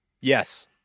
Yes